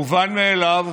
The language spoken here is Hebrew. מובן מאליו